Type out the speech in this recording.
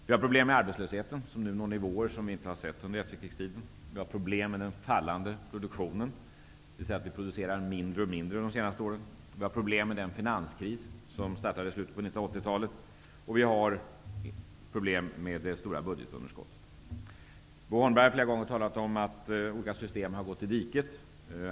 Vi har problem med arbetslösheten, som nu når nivåer som vi inte har sett under efterkrigstiden. Vi har problem med den minskande produktionen. Under de senaste åren har vi producerat mindre och mindre. Vi har problem med den finanskris som började i slutet av 80-talet. Vi har också problem med det stora budgetunderskottet. Bo Holmberg har flera gånger talat om att olika system har åkt i diket.